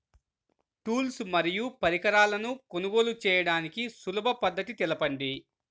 Tools మరియు పరికరాలను కొనుగోలు చేయడానికి సులభ పద్దతి తెలపండి?